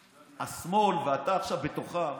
השמאל, ואתה עכשיו בתוכם,